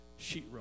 sheetrock